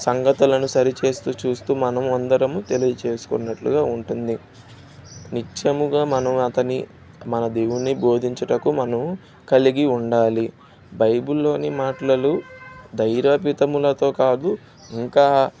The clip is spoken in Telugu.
సంగతులను సరిచేస్తు చూస్తు మనము అందరము తెలియజేసుకున్నట్లుగా ఉంటుంది నిత్యముగా మనం అతని మన దేవుని బోధించటకు మనం కలిగి ఉండాలి బైబిల్లోని మాట్లలలు ధైవాహితములతో కాదు ఇంకా